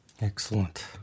Excellent